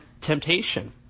temptation